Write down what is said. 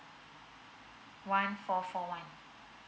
one four four one